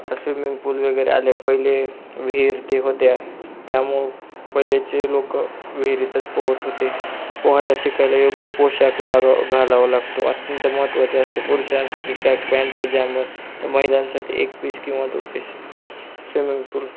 आत्ता swimming pool वगैरे आले पहिले विहीर ते होत्या त्यामुळे पहिले लोकं विहिरीतच पोहत होते पोहायला शिकायला योग्य पोशाख लागावं घालावं लागतो अत्यंत महत्त्वाची असते पुरुषांसाठी ट्रॅक पॅन्ट व जॅमर तर महिलांसाठी एक पीस किंवा टू पीस स्विमिंग पूल